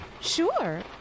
Sure